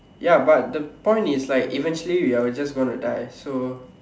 ya but the point is like eventually we are just going to die so